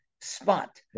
spot